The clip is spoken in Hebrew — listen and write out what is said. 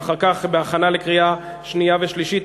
ואחר כך בהכנה לקריאה שנייה ושלישית.